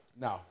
No